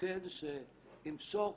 מוקד שימשוך